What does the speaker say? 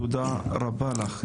תודה רבה לך.